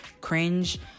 cringe